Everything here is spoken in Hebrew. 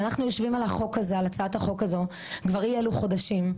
אנחנו יושבים על הצעת החוק הזו כבר אי אילו חודשים.